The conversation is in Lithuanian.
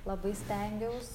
labai stengiaus